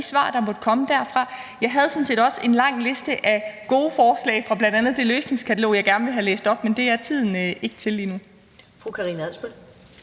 svar, der måtte komme derfra. Jeg havde sådan set også en lang liste af gode forslag, jeg gerne ville have læst op, fra bl.a. det løsningskatalog, men det er tiden ikke til lige nu.